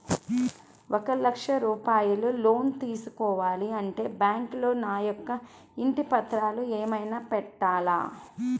ఒక లక్ష రూపాయలు లోన్ తీసుకోవాలి అంటే బ్యాంకులో నా యొక్క ఇంటి పత్రాలు ఏమైనా పెట్టాలా?